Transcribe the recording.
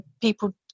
people